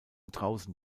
draußen